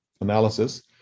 analysis